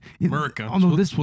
America